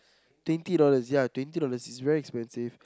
twenty dollars ya twenty dollars is very expensive